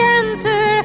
answer